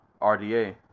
RDA